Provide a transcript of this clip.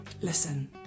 Listen